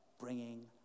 bringing